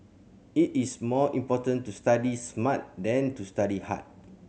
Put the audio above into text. it is more important to study smart than to study hard